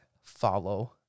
follow